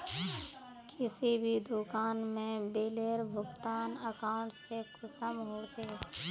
किसी भी दुकान में बिलेर भुगतान अकाउंट से कुंसम होचे?